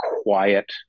quiet